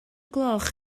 gloch